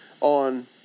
on